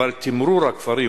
אבל תִמרור הכפרים,